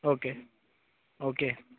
okay okay